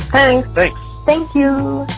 thank like thank you